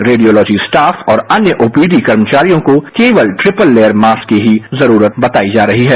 radiology staff और अन्य OPD कर्मचारियों को केवल ट्रिपल लेवल मास्क की ही जरूरत बतायी जा रही है